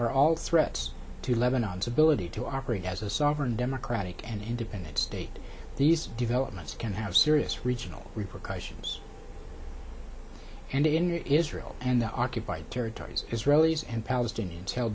are all threats to lebanon's ability to operate as a sovereign democratic and independent state these developments can have serious regional repercussions and in israel and the occupied territories israelis and palestinians hel